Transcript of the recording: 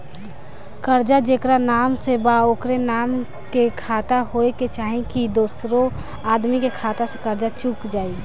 कर्जा जेकरा नाम से बा ओकरे नाम के खाता होए के चाही की दोस्रो आदमी के खाता से कर्जा चुक जाइ?